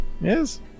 yes